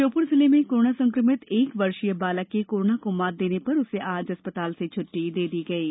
श्योपुर जिले में कोरोना संकमित एक वर्षीय बालक के कोरोना को मात देने पर उसे आज अस्पताल से छुट्टी दे दी गई है